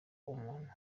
umuntu